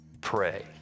Pray